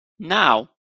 Now